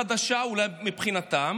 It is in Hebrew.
חדשה אולי מבחינתם,